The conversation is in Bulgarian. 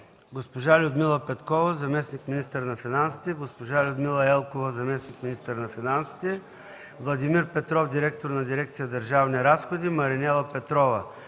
госпожа Людмила Петкова – заместник-министър на финансите, госпожа Людмила Елкова – заместник-министър на финансите, Владимир Петров – директор на Дирекция „Държавни разходи”, Маринела Петрова